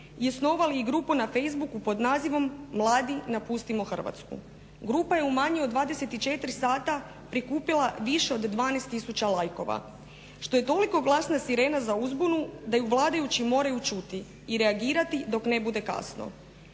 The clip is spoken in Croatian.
osnovali grupu na facebooku pod nazivom "Mladi napustimo Hrvatsku". Grupa je u manje od 24 sata prikupila više od 12 tisuća lajkova. Što je toliko glasna sirena za uzbunu da je vladajući moraju čuti i reagirati dok ne bude kasno.